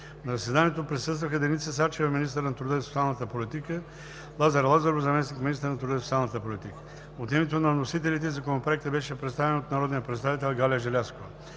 На заседанието присъстваха Деница Сачева, министър на труда и социалната политика, и Лазар Лазаров, заместник министър на труда и социалната политика. От името на вносителите Законопроектът беше представен от народния представител Галя Желязкова.